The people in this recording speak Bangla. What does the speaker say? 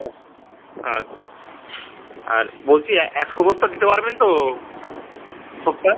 ও আচ্ছা আর বলছি একশো বস্তা দিতে পারবেন তো সবটা